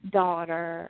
daughter